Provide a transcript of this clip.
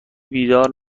بیدار